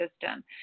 system